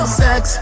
sex